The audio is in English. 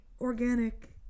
organic